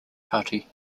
party